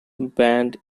band